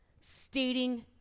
stating